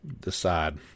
decide